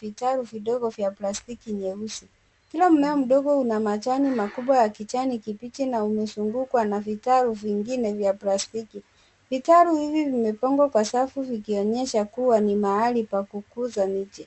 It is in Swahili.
vitaro vidogo vya plastiki nyeusi. Kila mmea mdogo una majani makubwa ya kijani kibichi na umezungukwa na vitawi vingine vya plastiki. Vitaro hivi vimepangwa kwa safu vikionyesha kua ni mahali pa kukuza miti.